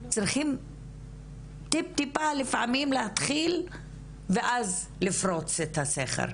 צריכים טיפ-טיפה לפעמים להתחיל ואז לפרוץ את הסכר,